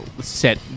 set